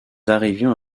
arrivions